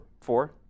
four